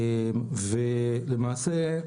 למעשה,